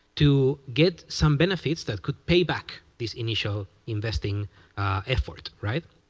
to get some benefits that could pay back this initial investing effort. right?